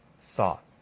thought